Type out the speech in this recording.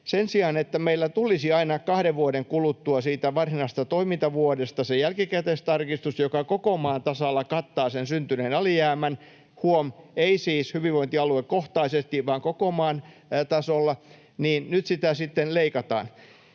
sen sijaan, että meillä tulisi aina kahden vuoden kuluttua siitä varsinaisesta toimintavuodesta se jälkikäteistarkistus, joka koko maan tasalla kattaa sen syntyneen alijäämän — huom. ei siis hyvinvointialuekohtaisesti, vaan koko maan tasolla — niin nyt sitä sitten leikataan.